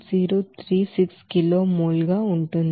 036 కిలోల మోల్ గా ఉంటుంది